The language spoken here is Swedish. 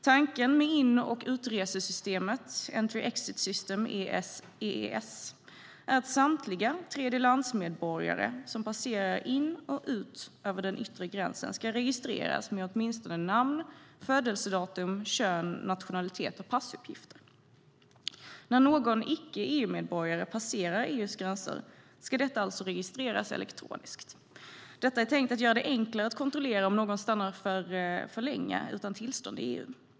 Tanken med in och utresesystemet - entry/exit system , EES - är att samtliga tredjelandsmedborgare som passerar in och ut över den yttre gränsen ska registreras med åtminstone namn, födelsedatum, kön, nationalitet och passuppgifter. När någon icke-EU-medborgare passerar EU:s gränser ska det alltså registreras elektroniskt. Detta är tänkt att göra det enklare att kontrollera om någon stannar för länge i EU utan tillstånd.